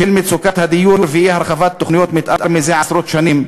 בשל מצוקת הדיור ואי-הרחבת תוכניות מתאר זה עשרות שנים,